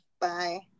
Bye